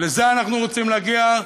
לזה אנחנו רוצים להגיע?